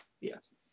Yes